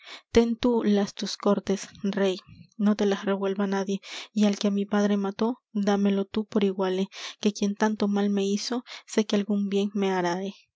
tén tú las tus cortes rey no te las revuelva nadie y al que á mi padre mató dámelo tú por iguale que quien tanto mal me hizo sé que algún bien me haráe